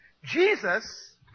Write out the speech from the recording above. Jesus